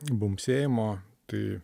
bumbsėjimo tai